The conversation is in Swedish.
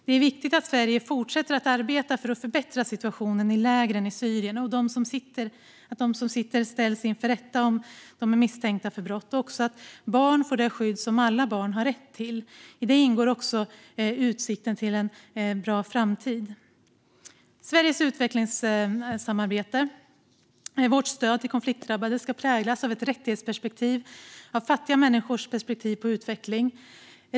Det är viktigt att Sverige fortsätter att arbeta för att förbättra situationen i lägren i Syrien och att de som sitter i lägren ställs inför rätta, om de är misstänkta för brott. Barn ska också få det skydd som alla barn har rätt till. I det ingår utsikten om en bra framtid. Sveriges utvecklingssamarbete, vårt stöd till konfliktdrabbade, ska präglas av ett rättighetsperspektiv och av fattiga människors perspektiv på utveckling.